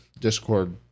Discord